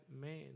man